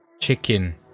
chicken